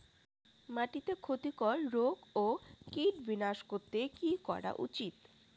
মাটিতে ক্ষতি কর রোগ ও কীট বিনাশ করতে কি করা উচিৎ?